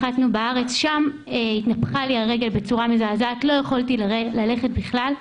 באיטליה התנפחה לי הרגל בצורה מזעזעת ולא יכולתי ללכת בכלל.